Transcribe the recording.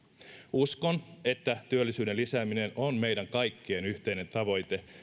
uskon että työllisyyden lisääminen on meidän kaikkien yhteinen tavoite